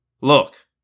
Look